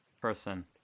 person